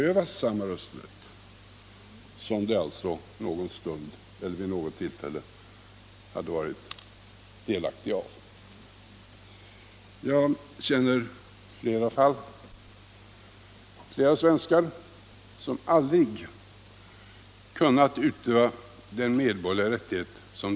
Ett fall har jag fäst mig särskilt vid.